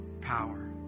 power